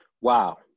Wow